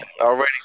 already